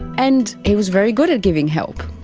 and he was very good at giving help.